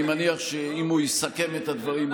אני מניח שאם הוא יסכם את הדברים,